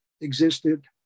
existed